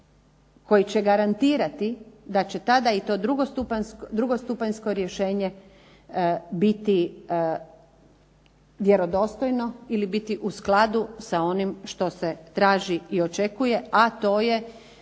koji će garantirati da će tada i to drugostupanjsko rješenje biti vjerodostojno ili biti u skladu s onim što se traži i očekuje, a to je